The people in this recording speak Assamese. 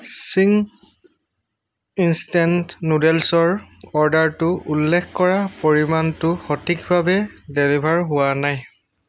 চিংছ ইনষ্টেণ্ট নুডেলছৰ অৰ্ডাৰটোত উল্লেখ কৰা পৰিমাণটো সঠিকভাৱে ডেলিভাৰ হোৱা নাই